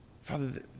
Father